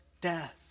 death